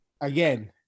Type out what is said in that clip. again